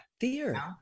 fear